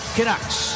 Canucks